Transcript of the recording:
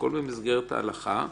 הכל במסגרת ההלכה,